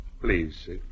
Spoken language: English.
please